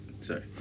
sorry